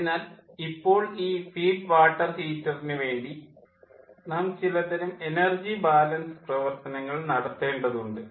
അതിനാൽ ഇപ്പോൾ ഈ ഫീഡ് വാട്ടർ ഹീറ്ററിനു വേണ്ടി നാം ചില തരം എനർജി ബാലൻസ് പ്രവർത്തനങ്ങൾ നടത്തേണ്ടതുണ്ട്